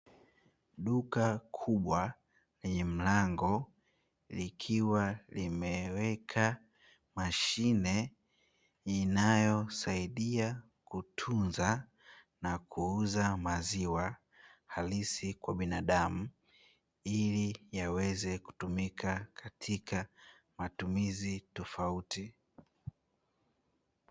Duka kubwa lenye mlango likiwa limeweka mashine inayosaidia kutunza na kuuza maziwa halisi kwa binadamu, ili yaweze kutumika katika matumizi tofauti.